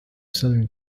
southern